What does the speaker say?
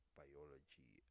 biology